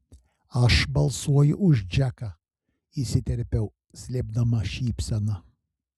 aš balsuoju už džeką įsiterpiu slėpdama šypseną